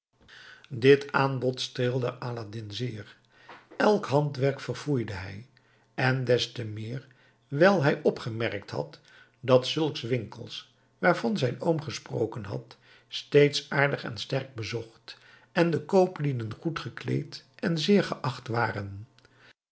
dit aanbod streelde aladdin zeer elk handwerk verfoeide hij en des te meer wijl hij opgemerkt had dat zulke winkels waarvan zijn oom gesproken had steeds aardig en sterk bezocht en de kooplieden goed gekleed en zeer geacht waren